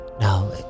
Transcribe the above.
now